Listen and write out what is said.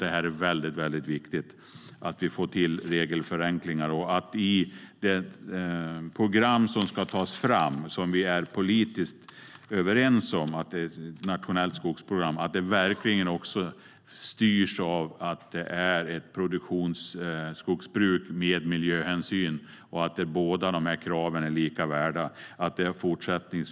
Det är väldigt viktigt att vi får till regelförenklingar och att det nationella skogsprogram som tas fram och som vi är politiskt överens om verkligen styrs av att det är ett produktionsskogsbruk med miljöhänsyn och att båda kraven är lika mycket värda.